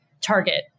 target